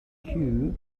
cue